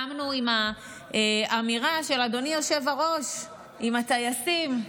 קמנו עם האמירה של אדוני היושב-ראש עם הטייסים,